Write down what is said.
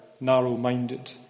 narrow-minded